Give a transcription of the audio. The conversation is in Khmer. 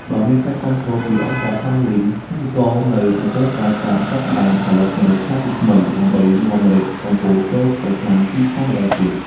ដោយមានការគាំទ្រពីអង្គការហ្វាមលីង កសិករនៅកំពង់ត្រាច បានចាប់ផ្តើមផលិតម្រេចសាជាថ្មី ដើម្បីនាំម្រេចកំពតចូលទៅកាន់ទីផ្សារម្តងទៀត។